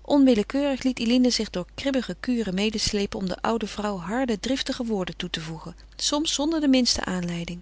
onwillekeurig liet eline zich door haar kribbige kuren medesleepen om der oude vrouw harde driftige woorden toe te voegen soms zonder de minste aanleiding